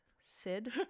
Sid